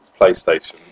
PlayStation